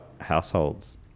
households